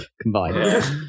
combined